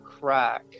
crack